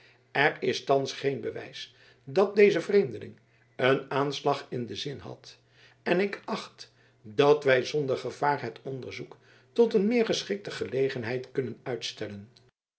er is thans geen bewijs dat deze vreemdeling een aanslag in den zin had en ik acht dat wij zonder gevaar het onderzoek tot een meer geschikte gelegenheid kunnen uitstellen